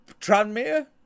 Tranmere